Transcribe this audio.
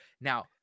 Now